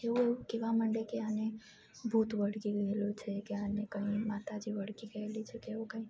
એવું એવું કેવા માંડે કે આને ભૂત વળગેલું છે કે આને કંઈ માતાજી વળગી ગયેલી છે કે એવું કંઈ